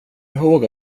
ihåg